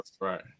right